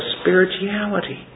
spirituality